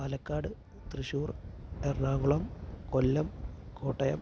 Palakkad Thrissur Ernakulam Kollam Kottayam